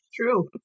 true